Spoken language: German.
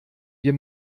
wir